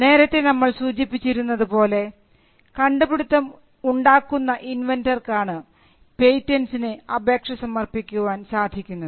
നേരത്തെ നമ്മൾ സൂചിപ്പിച്ചിരുന്നത് പോലെ കണ്ടുപിടിത്തം ഉണ്ടാക്കുന്ന ഇൻവെൻന്റർക്കാണ് പേറ്റന്റ്സിന് അപേക്ഷ സമർപ്പിക്കുവാൻ സാധിക്കുന്നത്